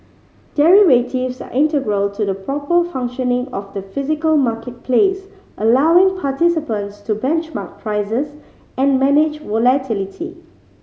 derivatives are integral to the proper functioning of the physical marketplace allowing participants to benchmark prices and manage volatility